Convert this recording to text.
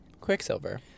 quicksilver